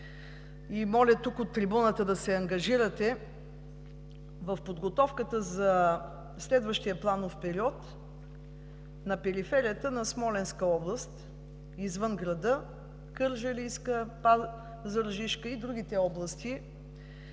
моля тук от трибуната да се ангажирате. В подготовката за следващия планов период на периферията на Смолянска област, извън града, Кърджалийска, Пазарджишка и другите области